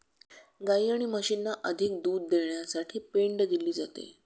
गायी आणि म्हशींना अधिक दूध देण्यासाठी पेंड दिली जाते